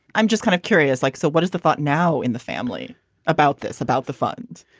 i'm just kind of curious, like, so what is the thought now in the family about this, about the fund,